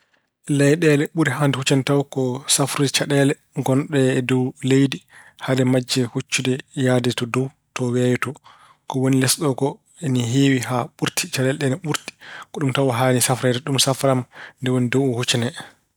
Leyɗeele ɓuri hannde huccande tawa ko cawrude caɗeele ngonɗe e dow leydi hade majje huccude yahde dow, to weeyo too. Ko woni les ɗoo koo ina heewi haa ɓurti. Caɗeele ɗe ina ɓurti, ko ɗum tawa haani safreede. So ɗum safraama, ndeen woni ko woni dow ko huccanee.